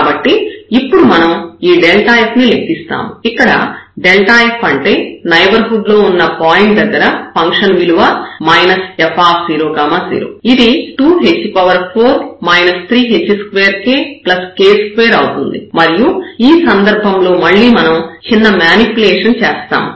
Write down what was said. కాబట్టి ఇప్పుడు మనం ఈ f ని లెక్కిస్తాము ఇక్కడ f అంటే నైబర్హుడ్ లో ఉన్న పాయింట్ దగ్గర ఫంక్షన్ విలువ మైనస్ f0 0 ఇది 2h4 3h2kk2 అవుతుంది మరియు ఈ సందర్భంలో మళ్ళీ మనం చిన్న మానిప్యులేషన్ చేస్తాము